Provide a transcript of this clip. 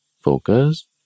focus